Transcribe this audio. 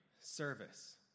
service